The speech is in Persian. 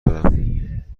برم